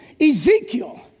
Ezekiel